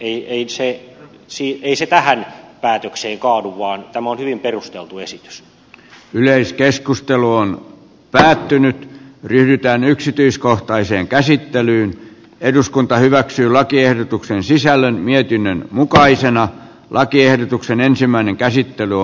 ei se tähän päätökseen kaadu vaan tämä on hyvin perusteltu esitys yleiskeskustelu on päättynyt pyritään yksityiskohtaiseen käsittelyyn eduskunta hyväksyi lakiehdotuksen sisällön mietinnön mukaisena lakiehdotuksen ensimmäinen käsittely